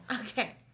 Okay